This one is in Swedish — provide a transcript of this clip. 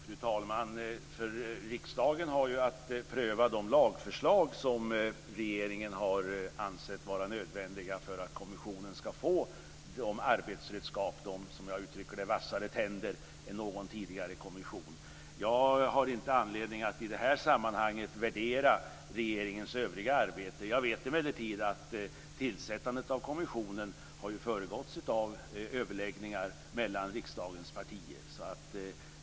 Fru talman! Riksdagen har att pröva de lagförslag som regeringen har ansett vara nödvändiga för att kommissionen ska få bättre arbetsredskap - vassare tänder, som jag uttrycker det - än någon tidigare kommission. Jag har inte anledning att i det här sammanhanget värdera regeringens övriga arbete. Jag vet emellertid att tillsättandet av kommissionen har föregåtts av överläggningar mellan riksdagens partier.